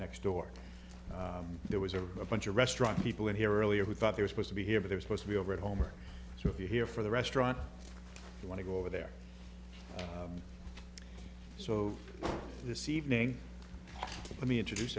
next door there was a bunch of restaurant people in here earlier who thought they were supposed to be here but they're supposed to be over at home so if you're here for the restaurant you want to go over there so this evening let me introduce